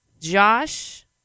Josh